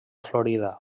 florida